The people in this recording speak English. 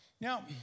Now